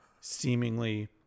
seemingly